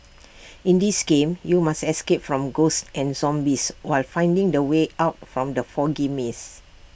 in this game you must escape from ghosts and zombies while finding the way out from the foggy maze